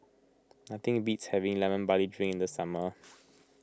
nothing beats having Lemon Barley Drink in the summer